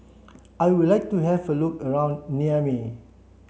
I would like to have a look around Niamey